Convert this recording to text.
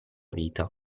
vita